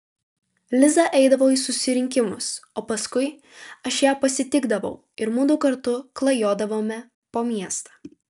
liza eidavo į susirinkimus o paskui aš ją pasitikdavau ir mudu kartu klajodavome po miestą